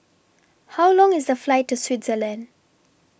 How Long IS The Flight to Switzerland